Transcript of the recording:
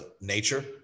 nature